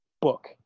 book